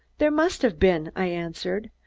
there must have been, i answered.